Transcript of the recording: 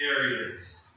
areas